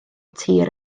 tir